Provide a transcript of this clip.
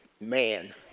man